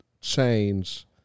change